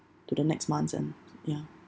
to the next months and ya